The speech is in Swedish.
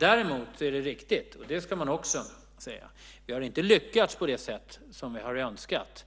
Däremot är det riktigt - det ska man också säga - att vi inte har lyckats på det sätt som vi har önskat.